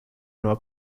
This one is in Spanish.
nueva